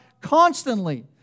constantly